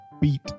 beat